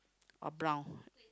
or brown